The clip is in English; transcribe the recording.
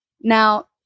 Now